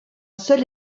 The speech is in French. seul